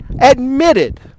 admitted